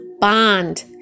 bond